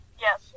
Yes